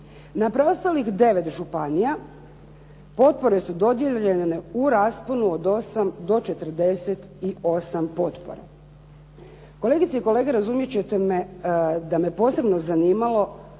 Na preostalih 9 županija potpore su dodijeljene u rasponu od 8 do 48 potpora. Kolegice i kolege, razumjet ćete me da me posebno zanimalo